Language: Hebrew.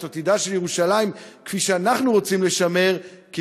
או את עתידה של ירושלים כפי שאנחנו רוצים לשמר אותה,